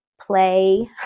play